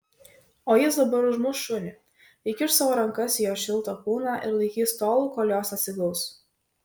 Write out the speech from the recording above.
o jis dabar užmuš šunį įkiš savo rankas į jo šiltą kūną ir laikys tol kol jos atsigaus